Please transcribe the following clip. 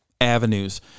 avenues